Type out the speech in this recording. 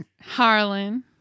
Harlan